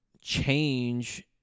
change